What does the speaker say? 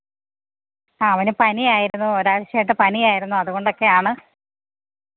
ആ അവന് പനിയായിരുന്നു ഒരാഴ്ചയായിട്ട് പനിയായിരുന്നു അതുകൊണ്ടൊക്കെയാണ്